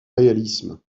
réalisme